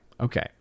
Okay